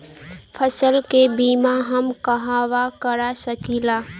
फसल के बिमा हम कहवा करा सकीला?